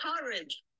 courage